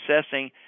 assessing